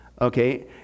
okay